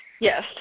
Yes